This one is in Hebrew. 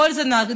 כל זה קרה,